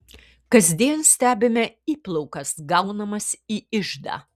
kasdien stebime įplaukas gaunamas į iždą